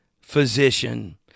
physician